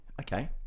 Okay